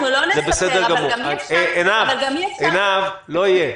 אנחנו לא נספר אבל גם אי אפשר -- עינב, לא יהיה.